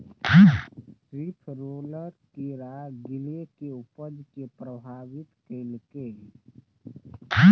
leaf roller कीड़ा गिलोय के उपज कें प्रभावित केलकैए